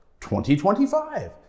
2025